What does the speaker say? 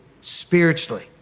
spiritually